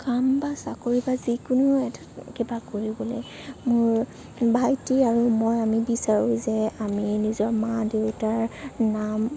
কাম বা চাকৰি বা যিকোনো এটা কিবা কৰিবলৈ মোৰ ভাইটি আৰু মই আমি বিচাৰোঁ যে আমি নিজৰ মা দেউতাৰ নাম